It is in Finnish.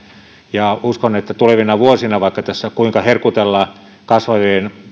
ja uskon että tuleviin vuosiin vaikka tässä kuinka herkutellaan kasvavien